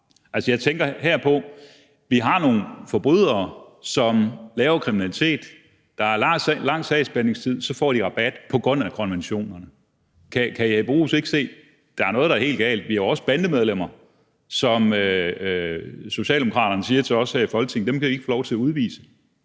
fra? Jeg tænker her på, at vi har nogle forbrydere, som laver kriminalitet. Der er lang sagsbehandlingstid, og så får de en rabat på grund af konventionerne. Kan hr. Jeppe Bruus ikke se, at der er noget, der er helt galt? Vi har også bandemedlemmer, som Socialdemokraterne siger til os her i Folketinget vi ikke kan få lov til at udvise,